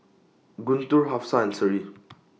Guntur Hafsa and Seri